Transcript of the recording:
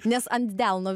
nes ant delno